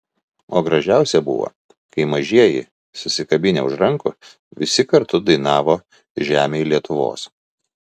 o gražiausia buvo kai mažieji susikabinę už rankų visi kartu dainavo žemėj lietuvos